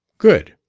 good.